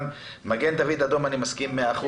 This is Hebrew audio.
גם מגן דוד אדום אני מסכים 100%,